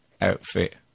outfit